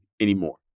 anymore